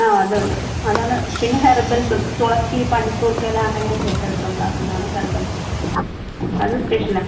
ആ അതുണ്ട് അതാണ് പിന്നെ ഹെർബൽസ് ഉണ്ട് തുളസി പനിക്കൂർക്കയെല്ലാം അങ്ങനെയൊക്കെ ഇട്ടിട്ട് ഉണ്ടാക്കുന്നതാണ് ഹെർബൽസ് അതും സ്പെഷ്യൽ ആണ്